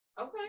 Okay